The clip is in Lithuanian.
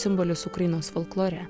simbolis ukrainos folklore